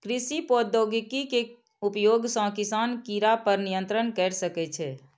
कृषि प्रौद्योगिकी केर उपयोग सं किसान कीड़ा पर नियंत्रण कैर सकै छै